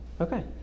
okay